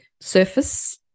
surface